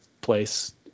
place